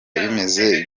bimeze